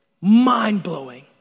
Mind-blowing